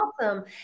Awesome